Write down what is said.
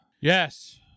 Yes